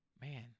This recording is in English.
man